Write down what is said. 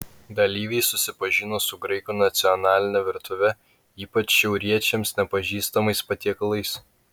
dalyviai susipažino su graikų nacionaline virtuve ypač šiauriečiams nepažįstamais patiekalais